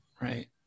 Right